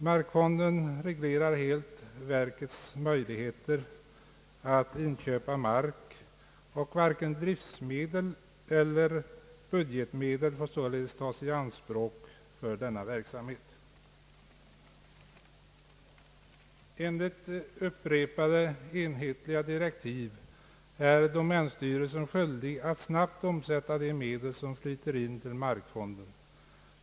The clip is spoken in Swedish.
Markfonden reglerar helt domänverkets möjligheter att inköpa mark, och varken driftmedel eller budgetmedel får således tas i anspråk för denna verksamhet. Enligt upprepade enhetliga direktiv är domänstyrelsen skyldig att snabbt omsätta de medel som flyter in till markfonden.